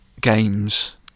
games